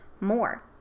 more